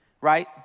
right